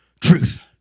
truth